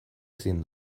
ezin